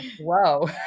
Whoa